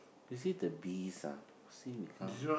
you see the bees see me count